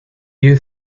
you